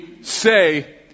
say